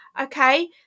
okay